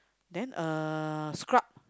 then uh scrub